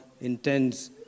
intends